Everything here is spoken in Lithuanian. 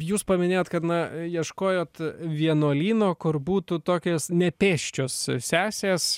jūs paminėjot kad na ieškojot vienuolyno kur būtų tokios nepėsčios sesės